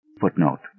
footnote